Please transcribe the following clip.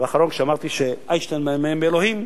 דבר אחרון, כשאמרתי שאיינשטיין מאמין באלוהים,